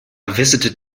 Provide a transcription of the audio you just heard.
visited